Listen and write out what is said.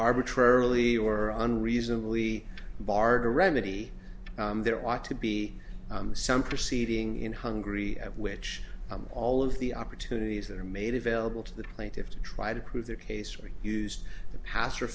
arbitrarily or unreasonably barda remedy there ought to be some proceeding in hungary at which all of the opportunities that are made available to the plaintiffs to try to prove their case we used the pastor